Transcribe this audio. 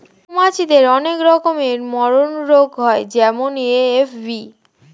মৌমাছিদের অনেক রকমের মারণরোগ হয় যেমন এ.এফ.বি